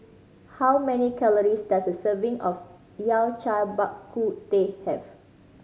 how many calories does a serving of Yao Cai Bak Kut Teh have